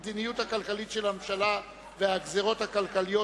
הצעה לסדר-היום מס' 438: המדיניות הכלכלית של הממשלה והגזירות הכלכליות